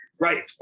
right